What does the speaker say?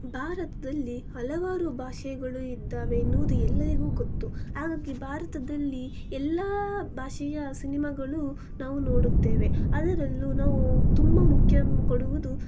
ಭಾರತದಲ್ಲಿ ಹಲವಾರು ಭಾಷೆಗಳು ಇದ್ದಾವೆ ಎನ್ನುವುದು ಎಲ್ಲರಿಗೂ ಗೊತ್ತು ಹಾಗಾಗಿ ಭಾರತದಲ್ಲಿ ಎಲ್ಲ ಭಾಷೆಯ ಸಿನಿಮಾಗಳು ನಾವು ನೋಡುತ್ತೇವೆ ಅದರಲ್ಲೂ ನಾವು ತುಂಬ ಮುಖ್ಯ ಕೊಡುವುದು